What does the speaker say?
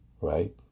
right